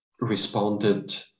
responded